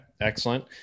excellent